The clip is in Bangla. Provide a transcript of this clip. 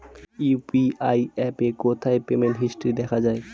ইউ.পি.আই অ্যাপে কোথায় পেমেন্ট হিস্টরি দেখা যায়?